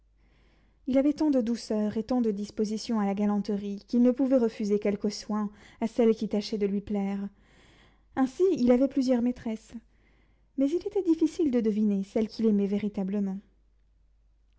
il avait tant de douceur et tant de disposition à la galanterie qu'il ne pouvait refuser quelques soins à celles qui tâchaient de lui plaire ainsi il avait plusieurs maîtresses mais il était difficile de deviner celle qu'il aimait véritablement